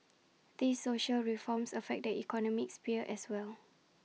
these social reforms affect the economic sphere as well